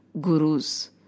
gurus